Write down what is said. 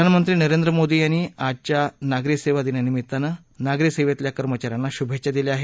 प्रधानमंत्री नरेंद्र मोदी यांनी आजच्या नागरी सेवा दिनानिमित्तानं नागरी सेवेतल्या कर्मचा यांना शुभेच्छा दिल्या आहेत